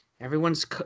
Everyone's